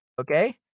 Okay